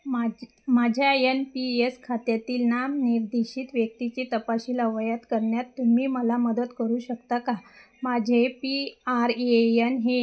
माज माझ्या N P S खात्यातील नामनिर्देशित व्यक्तीचे तपशील अवयत करण्यात तुम्ही मला मदत करू शकता का माझे पी आर ए येन हे